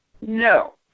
no